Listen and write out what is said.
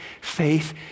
faith